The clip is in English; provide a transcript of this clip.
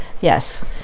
yes